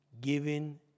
giving